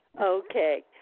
Okay